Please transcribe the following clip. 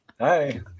Hi